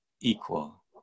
equal